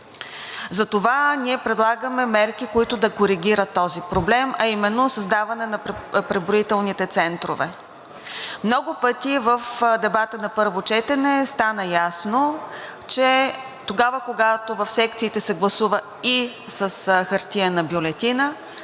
Затова ние предлагаме мерки, които да коригират този проблем, а именно създаване на преброителните центрове. Много пъти в дебата на първо четене стана ясно, че тогава, когато в секциите се гласува и с хартиена бюлетина,